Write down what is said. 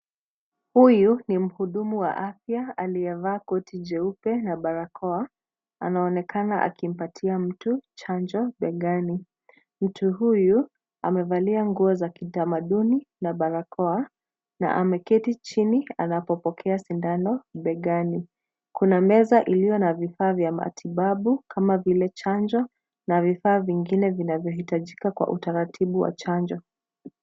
Huyu ni mhudumu wa afya aliyevaa koti jeupe na barakoa. Anaonekana akimpatia mtu chanjo begani. Mtu huyu amevalia nguo za kitamaduni na barakoa na ameketi chini anapopokea sindano begani. Kuna meza iliyo na vifaa vya matibabu kama vile chanjo na vifaa vingine vinavyohitajika kwa utaratibu wa chanjo.